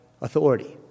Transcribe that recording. Authority